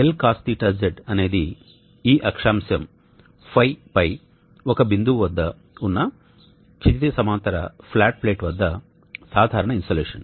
L Cos θZ అనేది ఈ అక్షాంశం ϕ పై ఒక బిందువు వద్ద ఉన్న క్షితిజ సమాంతర ఫ్లాట్ ప్లేట్ వద్ద సాధారణ ఇన్సోలేషన్